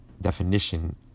definition